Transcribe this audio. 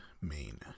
main